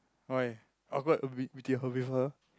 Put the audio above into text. why awkward with with her